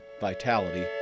Vitality